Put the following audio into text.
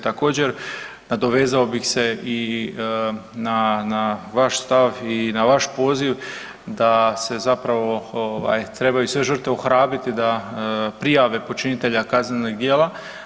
Također nadovezao bi se i na vaš stav i na vaš poziv da se zapravo trebaju sve žrtve ohrabriti da prijave počinitelja kaznenih djela.